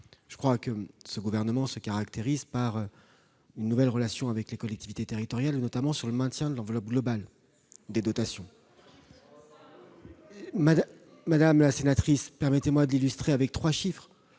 je crois que ce gouvernement se caractérise par une nouvelle relation avec les collectivités territoriales, notamment sur le maintien de l'enveloppe globale des dotations. Arrêtez avec cette rengaine ! Madame la sénatrice, permettez-moi d'illustrer mon propos avec trois chiffres